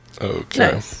Okay